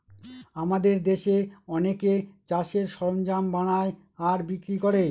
আমাদের দেশে অনেকে চাষের সরঞ্জাম বানায় আর বিক্রি করে